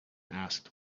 asked